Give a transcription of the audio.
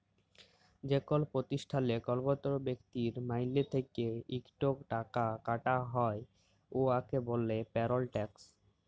যেকল পতিষ্ঠালে কম্মরত ব্যক্তির মাইলে থ্যাইকে ইকট টাকা কাটা হ্যয় উয়াকে ব্যলে পেরল ট্যাক্স